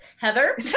Heather